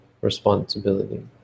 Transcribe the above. responsibility